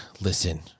Listen